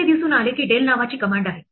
असे दिसून आले की del नावाची कमांड आहे